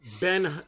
Ben